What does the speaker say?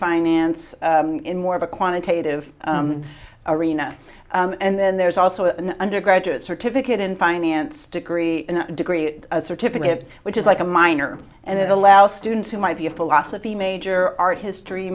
finance in more of a quantitative arena and then there's also an undergraduate certificate in finance degree and degree certificate which is like a minor and it allows students who might be a philosophy major art history